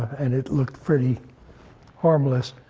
and it looked pretty harmless.